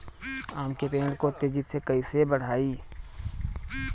आम के पेड़ को तेजी से कईसे बढ़ाई?